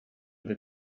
that